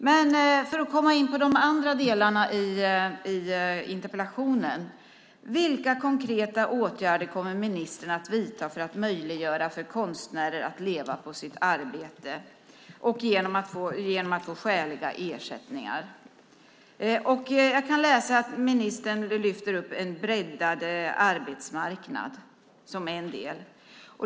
Men för att komma in på de andra delarna av interpellationen: Vilka konkreta åtgärder kommer ministern att vidta för att möjliggöra för konstnärer att leva på sitt arbete genom att få skäliga ersättningar? Ministern lyfter fram en breddad arbetsmarknad som en del.